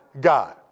God